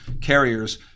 carriers